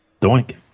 Doink